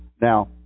now